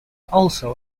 also